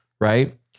right